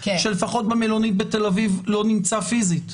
שלפחות במלונית בתל אביב לא נמצא פיזית?